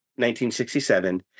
1967